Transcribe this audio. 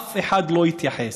אף אחד לא התייחס.